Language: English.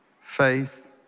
faith